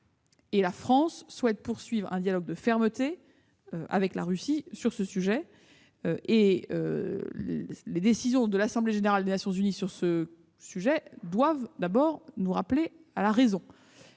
La France souhaite poursuivre un dialogue de fermeté avec la Russie à cet égard. Les décisions de l'assemblée générale des Nations unies sur ce sujet doivent d'abord nous rappeler à la raison.